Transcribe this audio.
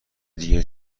دیگه